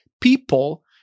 People